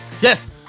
Yes